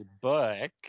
book